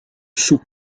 sous